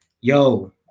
yo